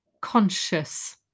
conscious